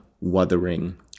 Wuthering